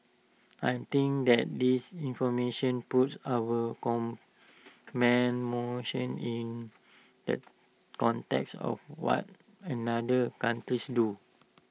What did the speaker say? I think that this information puts our in the context of what another countries do